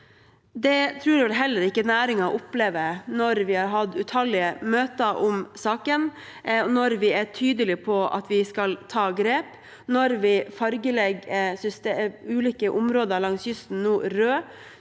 Det tror jeg vel heller ikke næringen opplever. Når vi har hatt utallige møter om saken, når vi er tydelige på at vi skal ta grep, og når vi nå fargelegger ulike områder langs kysten røde,